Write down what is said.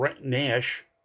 Nash